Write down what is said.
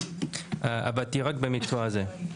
עבדתי רק במקצוע הזה.